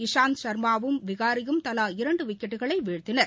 இஷாந்த் ஷர்மாவும் விகாரியும் தலா இரண்டு விக்கெட்டுகளை வீழ்த்தினர்